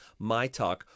MYTALK